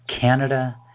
Canada